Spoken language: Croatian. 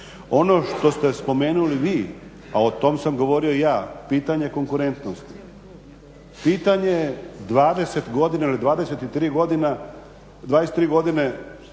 Ono što ste spomenuli vi, a o tome sam govorio i ja, pitanje konkurentnosti, pitanje 20 godina, 23 godine